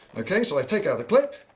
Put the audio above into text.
okay, so i take out a clip.